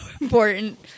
important